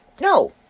no